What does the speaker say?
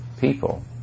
people